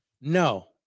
No